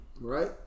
Right